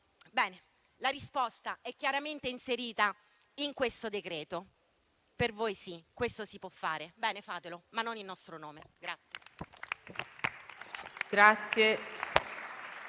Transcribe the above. Bene, la risposta è chiaramente inserita in questo decreto: per voi sì, questo si può fare. Bene, fatelo, ma non in nostro nome.